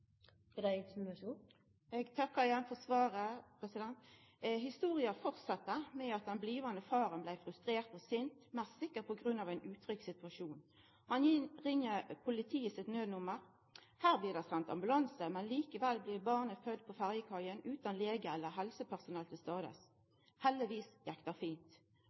Eg takkar igjen for svaret. Historia fortset med at den komande faren blei frustrert og sint, mest sikkert på grunn av ein utrygg situasjon. Han ringjer politiet sitt nødnummer. Her blir det sendt ambulanse, men likevel blir barnet født på ferjekaia utan lege eller helsepersonell til stades. Heldigvis gjekk det fint.